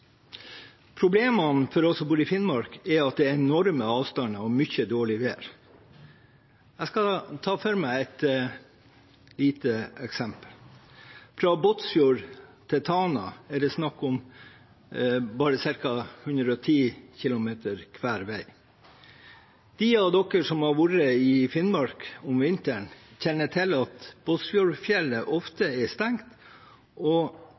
Problemene for oss som bor i Finnmark, er at det er enorme avstander og mye dårlig vær. Jeg skal ta et lite eksempel: Fra Båtsfjord til Tana er det snakk om ca. 110 km hver vei. De av dere som har vært i Finnmark om vinteren, kjenner til at Båtsfjordfjellet ofte er stengt, og